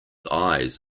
eyes